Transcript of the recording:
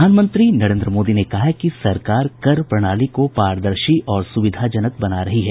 प्रधानमंत्री नरेन्द्र मोदी ने कहा है कि सरकार कर प्रणाली को पारदर्शी और सुविधाजनक बना रही है